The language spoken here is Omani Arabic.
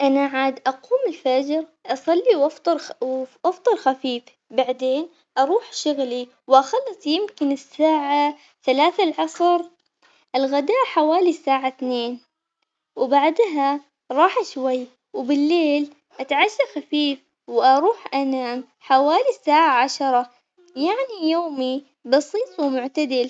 أنا عاد أقوم الفجر أصلي وأفطر خ- وأفطر خفيف بعدين أروح شغلي وأخلص يمكن الساعة ثلاثة العصر، الغداء حوالي الساعة اثنين وبعدها راحة شوي، وبالليل أتعشى خفيف وأروح أنام حوالي الساعة عشرة يعني يومي بسيط ومعتدل.